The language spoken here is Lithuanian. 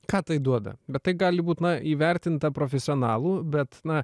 ką tai duoda bet tai gali būt na įvertinta profesionalų bet na